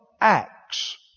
acts